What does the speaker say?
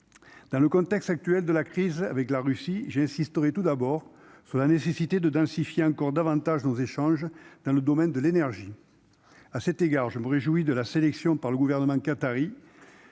dans le contexte actuel de la crise avec la Russie, j'insisterai tout d'abord sur la nécessité de densifier encore davantage nos échanges dans le domaine de l'énergie à cet égard, je me réjouis de la sélection par le gouvernement qatari